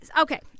okay